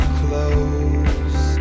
close